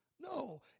No